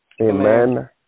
Amen